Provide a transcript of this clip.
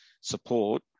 support